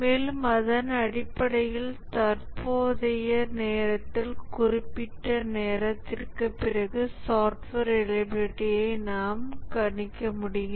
மேலும் அதன் அடிப்படையில் தற்போதைய நேரத்தில் குறிப்பிட்ட நேரத்திற்குப் பிறகு சாஃப்ட்வேர் ரிலையபிலிட்டியை நாம் கணிக்க முடியும்